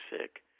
sick